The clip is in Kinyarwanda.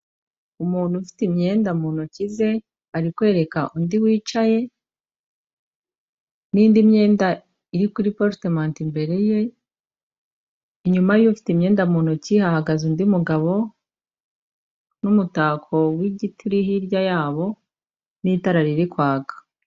Umuntu ufite imyenda mu ntoki ze ari kwereka undi wicaye n'indi myenda iri kuri porutemante imbere ye, inyuma y'ufite imyenda mu ntoki hagaze undi mugabo n'umutako w'igiti hirya yabo n'itara riri kwaka.